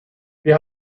wir